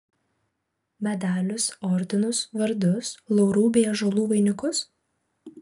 medalius ordinus vardus laurų bei ąžuolų vainikus